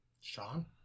Sean